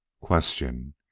Question